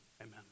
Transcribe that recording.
amen